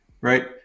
Right